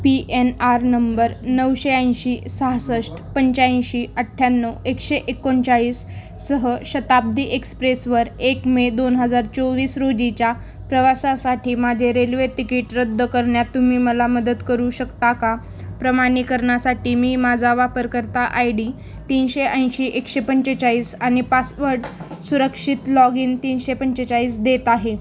P N R number नऊशे ऐंशी सहासष्ट पंच्याऐंशी अठ्याण्णव एकशे एकोणचाळीस सह शताब्दी एक्सप्रेसवर एक मे दोन हजार चोवीस रोजीच्या प्रवासासाठी माझे रेल्वे तिकीट रद्द करण्यात तुम्ही मला मदत करू शकता का प्रमाणीकरणासाठी मी माझा वापरकर्ता आय डी तीनशे ऐंशी एकशे पंचेचाळीस आणि पासवर्ड सुरक्षित लॉग इन तीनशे पंचेचाळीस देत आहे